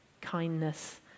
kindness